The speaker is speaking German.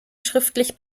schriftlich